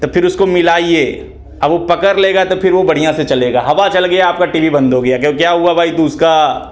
तो फिर उसको मिलाइए अब वह पकड़ लेगा तो फिर वह बढ़िया से चलेगा हवा चल गई आपका टी वी बंद हो गया क्यों क्या हुआ भाई तो उसका